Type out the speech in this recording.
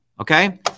okay